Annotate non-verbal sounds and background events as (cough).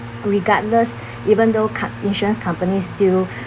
regardless even though cut insurance companies still (breath)